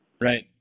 Right